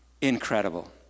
incredible